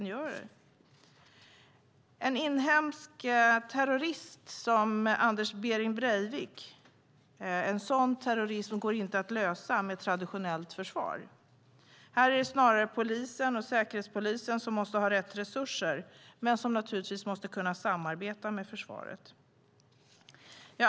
Den typ av inhemsk terrorism som Anders Behring Breivik utövade går inte att stoppa med ett traditionellt försvar. Här är det snarare polisen och säkerhetspolisen som måste ha rätt resurser, och de måste naturligtvis kunna samarbeta med försvaret.